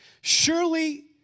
Surely